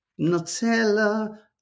Nutella